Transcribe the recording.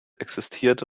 existierte